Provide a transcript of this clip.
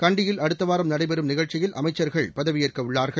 கண்டியில் அடுத்த வாரம் நடைபெறும் நிகழ்ச்சியில் அமைச்சர்கள் பதவியேற்க உள்ளார்கள்